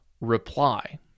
reply